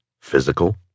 physical